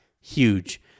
huge